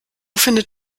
findet